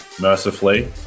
mercifully